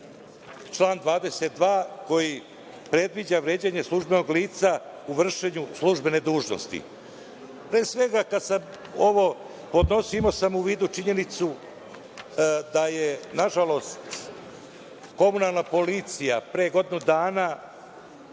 član 22. koji predviđa vređanje službenog lica u vršenju službene dužnosti. Pre svega, kada sam ovo podnosio imao sam u vidu činjenicu da je, nažalost, komunalna policija pre godinu dana